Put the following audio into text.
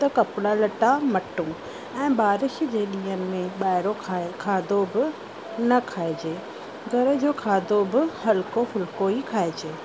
त कपिड़ा लटा मटो ऐं बारिश जे ॾींहं में ॿाहिरो खाधो बि न खाइजे घर जो खाधो बि हलिको फुलिको ई खाइजे